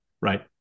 right